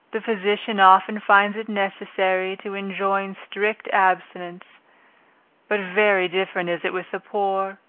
the physician often finds it necessary to enjoin strict abstinence but very different is it with the poor,